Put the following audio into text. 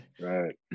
right